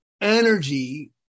energy